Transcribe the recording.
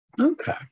Okay